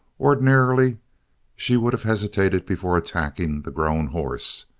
ordinarily she would have hesitated before attacking the grown horse,